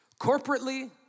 corporately